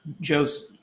Joe's